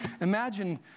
Imagine